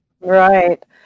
Right